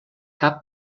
cap